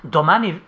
Domani